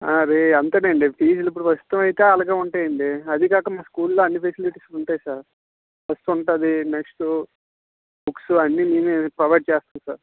ఆ అది అంతే అండి ఫీజులు ఇప్పుడు ప్రస్తుతం అయితే అలాగే ఉంటాయండి అదికాక మా స్కూల్లో అన్ని ఫెసిలిటీస్ ఉంటాయి సార్ బస్సు ఉంటుంది నెక్స్టు బుక్సు అన్నీ మేమే ప్రొవైడ్ చేస్తాం సార్